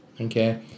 okay